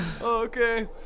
Okay